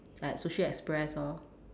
like sushi express lor